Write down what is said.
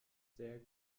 sehr